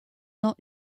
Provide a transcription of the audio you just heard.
not